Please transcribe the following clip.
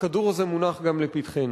הכדור הזה מונח גם לפתחנו.